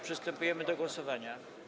Przystępujemy do głosowania.